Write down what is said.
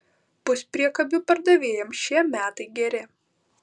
puspriekabių pardavėjams šie metai geri